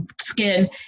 skin